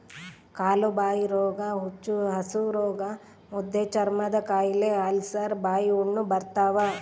ಕಾಲುಬಾಯಿರೋಗ ಹುಚ್ಚುಹಸುರೋಗ ಮುದ್ದೆಚರ್ಮದಕಾಯಿಲೆ ಅಲ್ಸರ್ ಬಾಯಿಹುಣ್ಣು ಬರ್ತಾವ